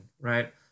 right